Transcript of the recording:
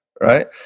right